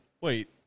Wait